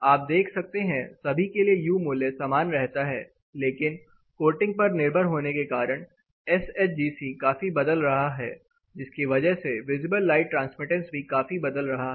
आप देख सकते हैं सभी के लिए यू मूल्य समान रहता है लेकिन कोटिंग पर निर्भर होने के कारण एसएचजीसी काफी बदल रहा है जिसकी वजह से विजिबल लाइट ट्रांसमिटेंस भी काफी बदल रहा है